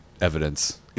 evidence